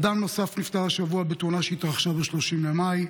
אדם נוסף נפטר השבוע מתאונה שהתרחשה ב-30 במאי.